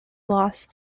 loss